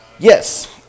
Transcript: Yes